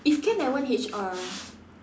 if can I want H_R